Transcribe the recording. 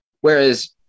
whereas